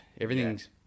Everything's